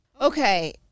okay